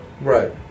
Right